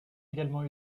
également